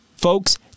Folks